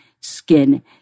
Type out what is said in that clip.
Skin